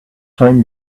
time